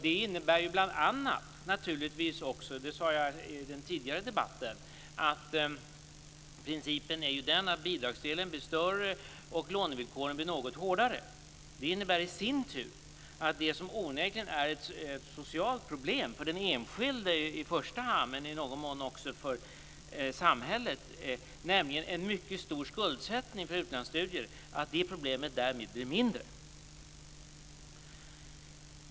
Det innebär bl.a. naturligtvis också, vilket jag sade i den tidigare debatten, att principen är att bidragsdelen blir större och att lånevillkoren blir något hårdare. Det innebär i sin tur att det som onekligen är ett socialt problem för i första hand den enskilde, men i någon mån även för samhället, nämligen en mycket stor skuldsättning för utlandsstudier, därmed blir mindre.